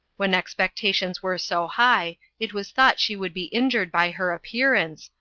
when expectations were so high, it was thought she would be injured by her appearance,